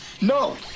No